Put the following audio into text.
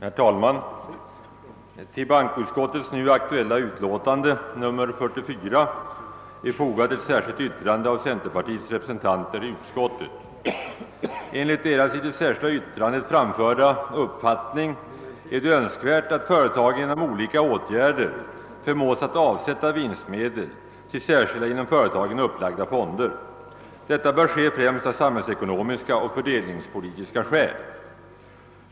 Herr talman! Vid bankoutskottets nu aktuella utlåtande nr 44 är fogat ett särskilt yttrande av centerpartiets repre 'sentanter i utskottet. Enligt deras i det särskilda yttrandet framförda uppfattning är det önskvärt, att företagen genom olika åtgärder förmås att avsätta vinstmedel till särskilda inom företagen upplagda fonder. Detta bör ske främst av samhällsekonomiska och fördelningspolitiska skäl.